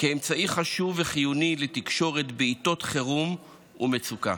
כאמצעי חשוב וחיוני לתקשורת בעיתות חירום ומצוקה.